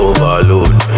Overload